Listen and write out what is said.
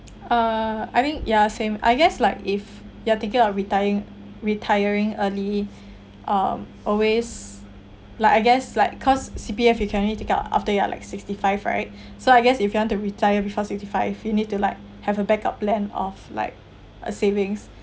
uh I think ya same I guess like if you're thinking of retiring retiring early um always like I guess like cause C_P_F you can only take out after you are like sixty five right so I guess if you want to retire before sixty five you need to like have a backup plan of like a savings